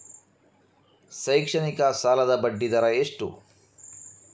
ಶೈಕ್ಷಣಿಕ ಸಾಲದ ಬಡ್ಡಿ ದರ ಎಷ್ಟು?